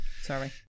Sorry